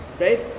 right